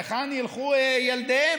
לאן ילכו ילדיהם,